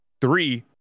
Three